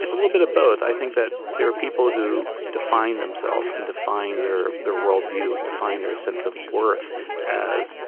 it's a little bit of both. i think that there are people who define themselves and define their their worldview and define their sense of worth as